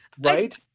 right